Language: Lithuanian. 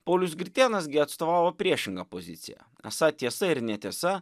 paulius gritėnas gi atstovo priešingą poziciją esą tiesa ir netiesa